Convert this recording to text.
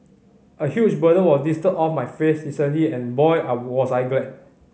a huge burden was lifted off my face recently and boy I was glad